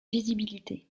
visibilité